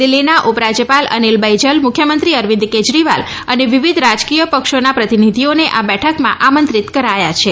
દિલ્લી ઉપરાજયપાલ અનીલ બૈજલ મુખ્યમંત્રી અરવિંદ કેજરીવાલ અને વિવિધ રાજકીય પક્ષોના પ્રતિનિધિઓને આ બેઠકમાં આમંત્રિત કરાયા છે